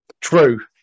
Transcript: True